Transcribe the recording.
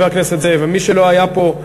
למי שלא היה פה,